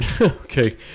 Okay